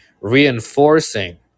reinforcing